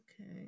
Okay